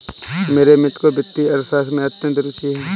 मेरे मित्र को वित्तीय अर्थशास्त्र में अत्यंत रूचि है